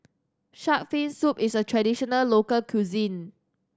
Shark's Fin Soup is a traditional local cuisine